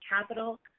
capital